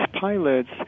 pilots